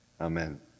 Amen